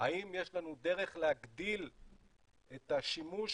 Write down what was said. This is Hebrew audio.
האם יש לנו דרך להגדיל את השימוש